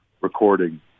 recording